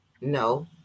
no